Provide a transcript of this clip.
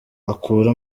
akura